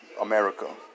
America